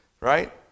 right